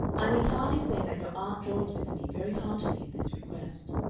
i need hardly say that your aunt joins with me very heartily in this request.